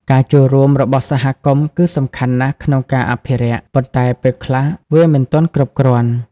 ការចូលរួមរបស់សហគមន៍គឺសំខាន់ណាស់ក្នុងការអភិរក្ស ប៉ុន្តែពេលខ្លះវាមិនទាន់គ្រប់គ្រាន់។